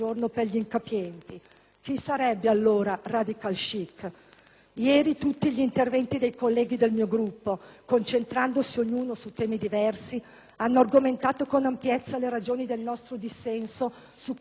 Chi sarebbe allora *radical chic*? Ieri tutti gli interventi dei colleghi del mio Gruppo, concentrandosi ognuno su temi diversi, hanno argomentato con ampiezza le ragioni del nostro dissenso su questo provvedimento,